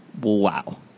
Wow